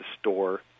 store